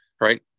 right